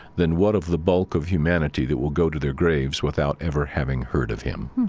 then what of the bulk of humanity that will go to their graves without ever having heard of him?